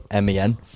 MEN